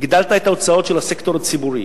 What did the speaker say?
הגדלת את ההוצאות של הסקטור הציבורי.